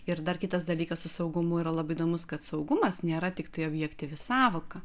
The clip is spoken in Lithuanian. ir dar kitas dalykas su saugumu yra labai įdomus kad saugumas nėra tiktai objektyvi sąvoka